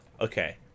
Okay